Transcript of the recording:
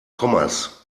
kommas